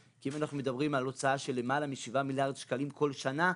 כי אם אנחנו מדברים על הוצאה של למעלה מ-7 מיליארד שקלים כל שנה,